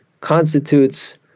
constitutes